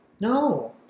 No